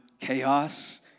chaos